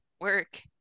work